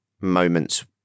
moments